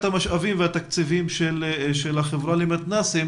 המשאבים והתקציבים של החברה למתנ"סים